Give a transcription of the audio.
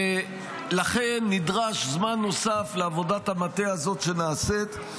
ולכן, נדרש זמן נוסף לעבודת המטה הזאת שנעשית.